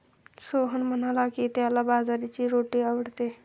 सोहन म्हणाला की, त्याला बाजरीची रोटी आवडते